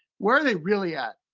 where are they really at?